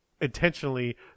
intentionally